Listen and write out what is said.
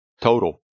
total